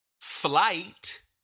Flight